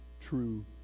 true